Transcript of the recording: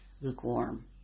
lukewarm